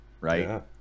right